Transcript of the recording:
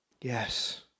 Yes